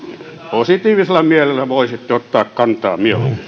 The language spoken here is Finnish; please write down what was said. positiivisella mielellä voisitte ottaa kantaa mielummin